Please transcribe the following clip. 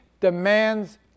demands